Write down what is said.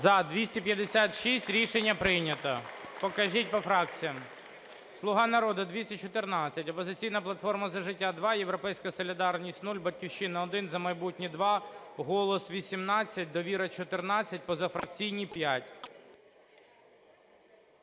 За-256 Рішення прийнято. Покажіть по фракціям. "Слуга народу" – 214, "Опозиційна платформа - За життя" – 2, "Європейська солідарність" – 0, "Батьківщина "– 1, "За майбутнє" – 2, "Голос" – 18, "Довіра" – 14, позафракційні –